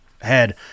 head